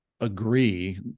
agree